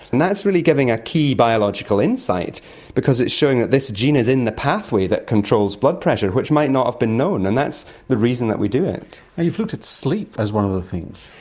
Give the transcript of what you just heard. and that's really giving a key biological insight because it's showing that this gene is in the pathway that controls blood pressure, which might not have been known, and that's the reason that we do it. you've looked at sleep as one of the things.